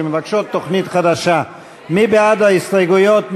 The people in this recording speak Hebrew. שמבקשות תוכנית חדשה, מי בעד ההסתייגויות?